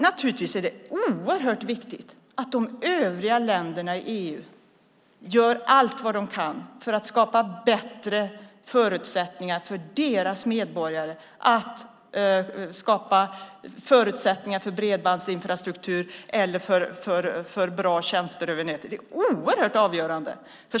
Naturligtvis är det oerhört viktigt att de övriga länderna i EU gör allt vad de kan för att skapa bättre förutsättningar för sina medborgare att skapa förutsättningar för bredbandsinfrastruktur eller för bra tjänster över nätet. Det är oerhört avgörande.